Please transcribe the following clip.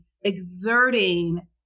exerting